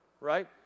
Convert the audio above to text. right